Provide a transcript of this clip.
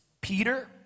Peter